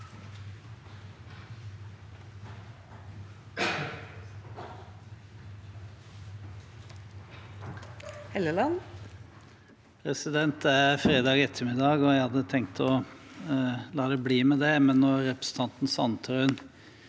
Det er fredag etter- middag, og jeg hadde tenkt å la det bli med det, men når representanten Sandtrøen